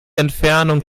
entfernung